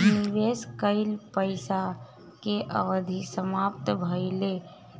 निवेश कइल पइसा के अवधि समाप्त भइले